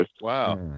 Wow